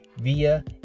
via